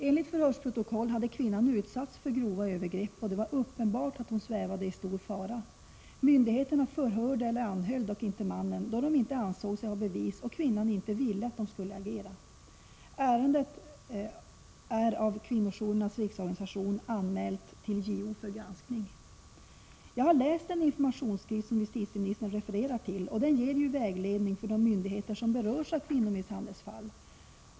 Enligt förhörsprotokoll hade kvinnan utsatts för grova övergrepp, och det var uppenbart att hon svävade i stor fara. Myndigheterna förhörde eller anhöll dock inte mannen, då de inte ansåg sig ha bevis och kvinnan inte ville att de skulle agera. Ärendet är av Kvinnojourernas riksorganisation anmält till JO för granskning. Jag har läst den informationsskrift som justitieministern refererar till, och den ger ju vägledning för de myndigheter som berörs av kvinnomisshandelsfall.